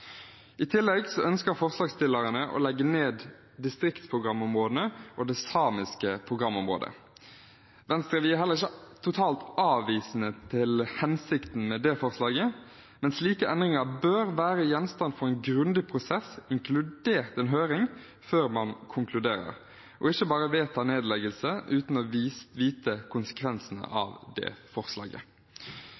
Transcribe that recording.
I tillegg ønsker forslagsstillerne å legge ned distriktsprogramrådene og det samiske programrådet. Vi i Venstre er ikke totalt avvisende til hensikten med det forslaget, men slike endringer bør være gjenstand for en grundig prosess, inkludert en høring, før man konkluderer – altså ikke bare vedta nedleggelse uten å vite konsekvensene